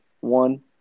One